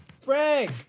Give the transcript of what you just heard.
Frank